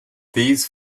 these